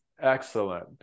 excellent